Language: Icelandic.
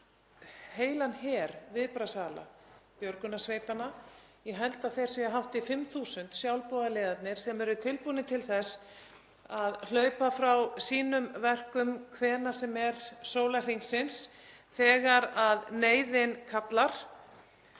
heilan her viðbragðsaðila, björgunarsveitanna. Ég held að þeir séu hátt í 5.000, sjálfboðaliðarnir, sem eru tilbúnir til þess að hlaupa frá sínum verkum hvenær sem er sólarhringsins þegar neyðin kallar.